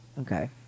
Okay